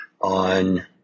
on